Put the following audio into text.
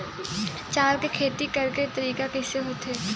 चावल के खेती करेके तरीका कइसे होथे?